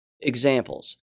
Examples